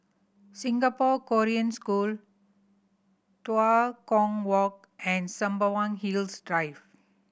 Singapore Korean School Tua Kong Walk and Sembawang Hills Drive